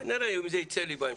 נראה, אם זה ייצא לי בהמשך.